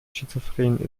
schizophren